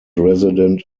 resident